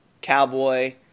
Cowboy